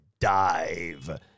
dive